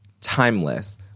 Timeless